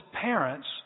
parents